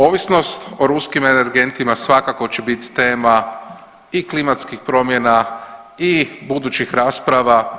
Ovisnost o ruskim energentima svakako će bit tema i klimatskih promjena i budućih rasprava.